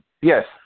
Yes